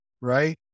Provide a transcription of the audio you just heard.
Right